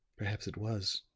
perhaps it was!